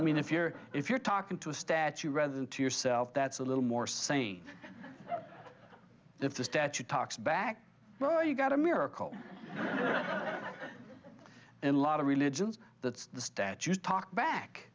i mean if you're if you're talking to a statue rather than to yourself that's a little more saying if the statue talks back well you got a miracle and a lot of religions that the statues talk back